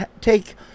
take